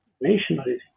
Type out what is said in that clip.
nationalism